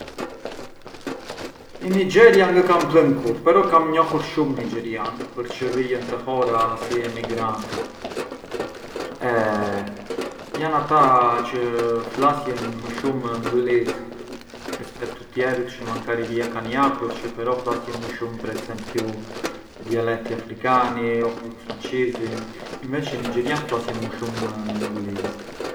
In Nigeria ngë kam klënë kurrë, però kam njohur shumë nixherjanë, përçë vijën te Hora si emigranti, e jan ata çë flasjën më shumë nglis rispettu tjerët çë mankari kan jardhur çë però flasjën më shumë per esempiu dialetti africani oppuru françisin, inveci nixherjanët flasjën më shumë nglisë.